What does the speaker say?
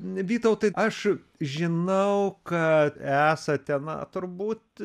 vytautai aš žinau kad esate na turbūt